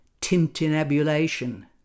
tintinabulation